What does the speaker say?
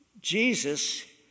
Jesus